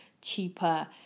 cheaper